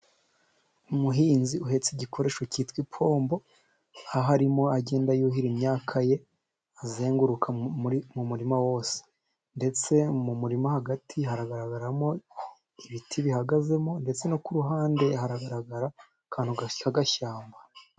Umuhinzi uhetse igikoresho cyitwa ipombo, aho arimo aragenda yuhira imyaka ye azenguruka mu umurima wose ndetse mu murima hagati haragaragaramo ibiti bihagazemo ndetse no ku ruhande haragaragara akantu gasa nk'agashyamba.